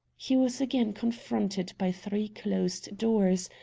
he was again confronted by three closed doors,